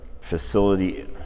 facility